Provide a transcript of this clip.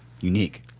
unique